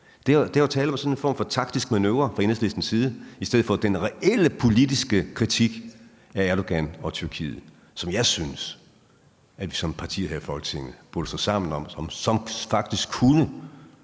der er tale om, er sådan en taktisk manøvre fra Enhedslistens side i stedet for den reelle politiske kritik af Erdogan og Tyrkiet, som jeg synes at vi som partier her i Folketinget burde stå sammen om, og som faktisk kunne